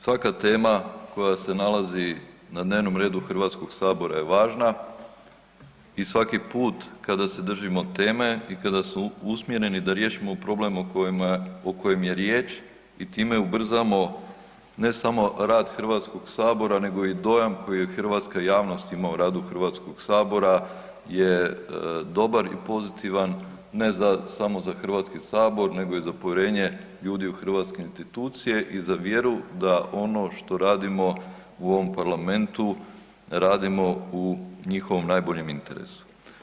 Svaka tema koja se nalazi na dnevnom redu HS-a je važna i svaki put kada se držimo teme i kada su usmjereni da riješimo problem o kojem je riječ i time ubrzamo ne samo rad HS-a nego i dojam koja hrvatska javnost ima o radu HS-a je dobar i pozitivan, ne samo za HS nego i za povjerenje ljudi u hrvatske institucije i za vjeru da ono što radimo u ovom Parlamentu radimo u njihovom najboljem interesu.